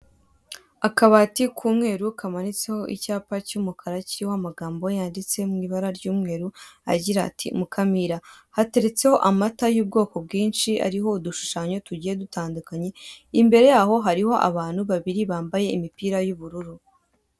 Akabati k'umweru kamanitseho icyapa cy'umukara kiriho amagambo yanditse mu ibara ry'umweru agira ati "Mukamira" hateretseho amata y'ubwoko bwinshi ariho udushushanyo tugiye dutandukanye, imbere ya ho hariho abantu babiri bambaye imipira y'ubururu.